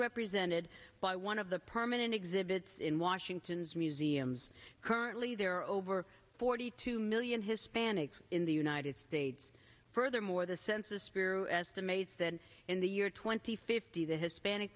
represented by one of the permanent exhibits in washington's museums currently there are over forty two million hispanics in the united states furthermore the census bureau estimates that in the year twenty fifty the hispanic